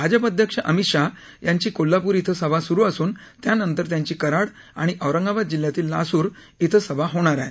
भाजप अध्यक्ष अमित शाह यांच्या कोल्हापूर इथं सभा सुरु असून त्यानंतर त्यांची कराड आणि औस्गाबाद जिल्ह्यातील लासूर इथं आज सभा होणार आहे